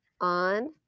on